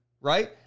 right